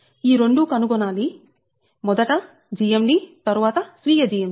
ఈ రెండు కనుగొనాలి మొదట GMD తరువాత స్వీయ GMD